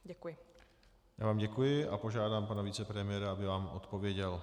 Děkuji vám a požádám pana vicepremiéra, aby vám odpověděl.